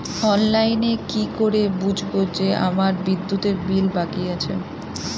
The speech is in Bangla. অনলাইনে কি করে বুঝবো যে আমার বিদ্যুতের বিল বাকি আছে?